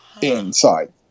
inside